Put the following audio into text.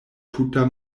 tuta